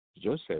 Joseph